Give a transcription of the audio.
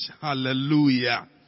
Hallelujah